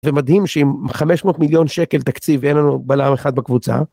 ומדהים שעם 500 מיליון שקל תקציב אין לנו בעלם אחד בקבוצה.